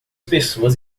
pessoas